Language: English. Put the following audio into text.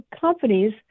companies